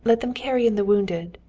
let them carry in the wounded.